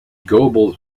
goebbels